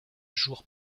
jours